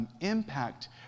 impact